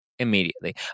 immediately